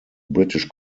british